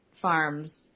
farms